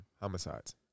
homicides